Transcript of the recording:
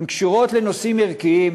הן קשורות לנושאים ערכיים,